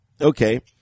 okay